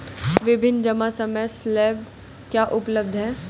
विभिन्न जमा समय स्लैब क्या उपलब्ध हैं?